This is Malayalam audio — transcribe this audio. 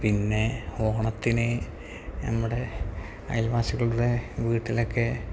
പിന്നെ ഓണത്തിന് നമ്മുടെ അയൽവാസികളുടെ വീട്ടിലൊക്കെ